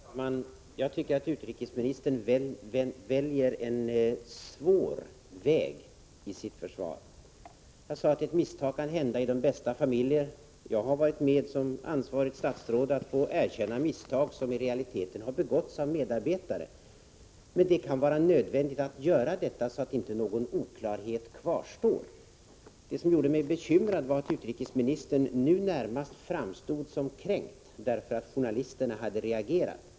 Fru talman! Jag tycker att utrikesministern väljer en svår väg i sitt försvar. Jag sade att ett misstag kan hända i de bästa familjer. Jag har varit med om att som ansvarigt statsråd få erkänna misstag som i realiteten har begåtts av medarbetare. Men det kan vara nödvändigt att göra på detta sätt, så att inte någon oklarhet kvarstår. Det som gjorde mig bekymrad var att utrikesministern nu närmast framstod som kränkt därför att journalisterna hade reagerat.